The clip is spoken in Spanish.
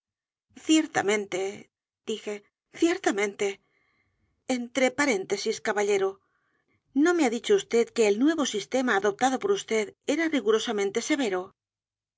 ciertamente dije ciertamente entre paréntesis caballero no mé ha dicho vd que el nuevo sistema adoptado por vd era rigurosamente severo